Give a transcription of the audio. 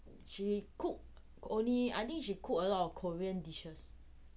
she cook only I think she cook a lot of korean dishes